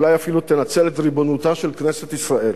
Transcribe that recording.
אולי אפילו תנצל את ריבונותה של כנסת ישראל,